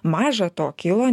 maža to kilo